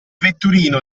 vetturino